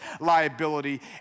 liability